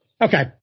Okay